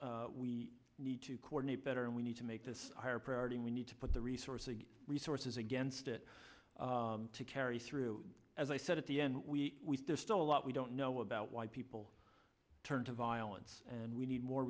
we we need to coordinate better and we need to make this a higher priority we need to put the resources resources against it to carry through as i said at the end we there's still a lot we don't know about why people turn to violence and we need more